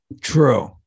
True